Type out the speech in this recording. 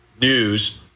news